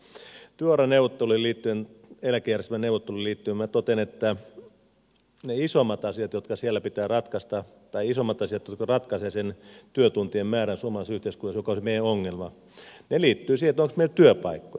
työuraneuvotteluihin liittyen ja eläkejärjestelmän neuvotteluihin liittyen minä totean että ne isoimmat asiat jotka siellä pitää ratkaista tai isoimmat asiat jotka ratkaisevat sen työtuntien määrän suomalaisessa yhteiskunnassa joka oli se meidän ongelma liittyvät siihen onko meillä työpaikkoja